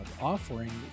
offering